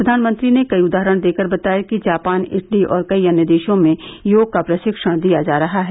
प्रधानमंत्री ने कई उदाहरण देकर बताया कि जापान इटली और कई अन्य देशों में योग का प्रशिक्षण दिया जा रहा है